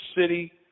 city